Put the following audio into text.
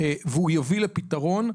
והוא יוביל לפתרון.